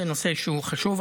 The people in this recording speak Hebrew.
זה נושא חשוב,